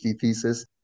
thesis